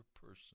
person